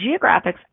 geographics